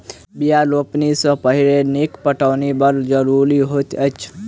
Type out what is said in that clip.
बीया रोपनी सॅ पहिने नीक पटौनी बड़ जरूरी होइत अछि